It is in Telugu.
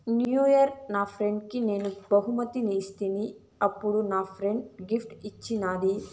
న్యూ ఇయిర్ నా ఫ్రెండ్కి నేను బహుమతి ఇస్తిని, ఇప్పుడు నా ఫ్రెండ్ గిఫ్ట్ ఇచ్చిన్నాది